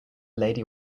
lady